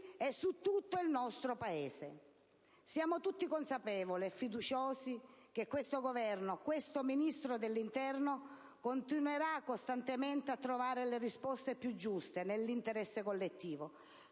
e su tutto il nostro Paese. Siamo tutti consapevoli e fiduciosi che questo Governo, questo Ministro dell'interno, continuerà costantemente a trovare le risposte più giuste nell'interesse collettivo,